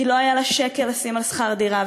כי לא היה לה שקל לשים על שכר דירה,